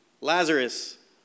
Lazarus